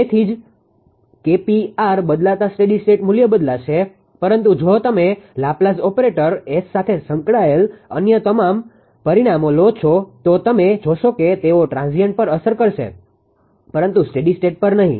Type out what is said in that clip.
તેથી જ 𝐾𝑝 R બદલાતા સ્ટેડી સ્ટેટ મૂલ્ય બદલાશે પરંતુ જો તમે લાપ્લાઝ ઓપરેટર S સાથે સંકળાયેલ અન્ય તમામ પરિમાણો લો તો તમે જોશો કે તેઓ ટ્રાન્ઝીએન્ટ પર અસર કરશે પરંતુ સ્ટેડી સ્ટેટ પર નહીં